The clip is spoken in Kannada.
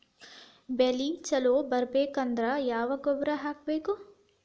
ಬೆಳಿ ಛಲೋ ಬರಬೇಕಾದರ ಯಾವ ಗೊಬ್ಬರ ಹಾಕಬೇಕು?